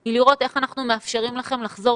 היא לראות איך אנחנו מאפשרים לכם לחזור